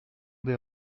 des